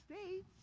States